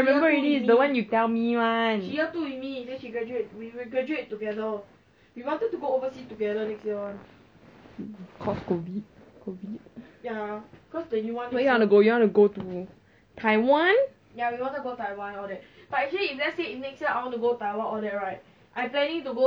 that means kathlyn still eh who is the one who say must save money to buy house you say kathlyn orh !walao! !wah! they plan so fast sia like not bad leh feel like they got more planning future planning compared to me